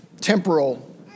temporal